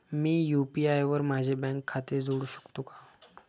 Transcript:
मी UPI वर माझे bank खाते जोडू शकतो का?